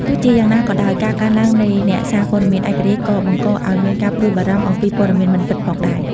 ទោះជាយ៉ាងណាក៏ដោយ ការកើនឡើងនៃអ្នកសារព័ត៌មានឯករាជ្យក៏បង្កឱ្យមានការព្រួយបារម្ភអំពីព័ត៌មានមិនពិតផងដែរ។